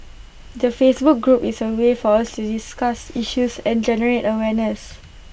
the Facebook group is A way for us to discuss issues and generate awareness